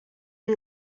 une